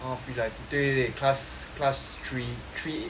oh free licen~ 对对对 class class three three